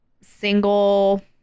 single